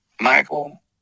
Michael